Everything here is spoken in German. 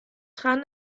dran